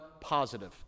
positive